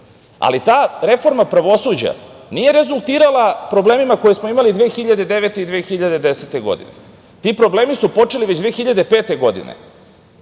ali ta reforma pravosuđa nije rezultirala problemima koje smo imali 2009. i 2010. godine. Ti problemi su počeli već 2005. godine,